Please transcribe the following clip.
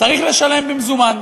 וצריך לשלם במזומן.